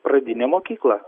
pradinę mokyklą